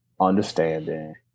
understanding